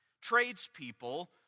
tradespeople